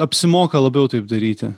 apsimoka labiau taip daryti